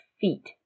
feet